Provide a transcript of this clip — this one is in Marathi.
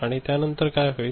आणि त्यानंतर काय होईल